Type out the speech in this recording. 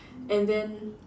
and then